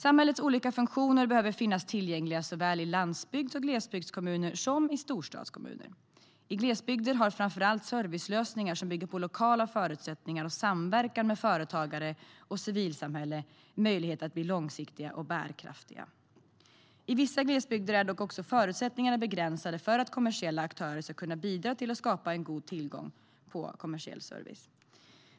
Samhällets olika funktioner behöver finnas tillgängliga såväl i landsbygds och glesbygdskommuner som i storstadskommuner. I glesbygder har framför allt servicelösningar som bygger på lokala förutsättningar och samverkan med företagare och civilsamhälle möjlighet att bli långsiktiga och bärkraftiga. I vissa glesbygder är dock förutsättningarna begränsade för att kommersiella aktörer ska kunna bidra till att skapa en god tillgång på kommersiell service.